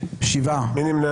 הצבעה לא אושרו.